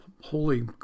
holy